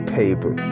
paper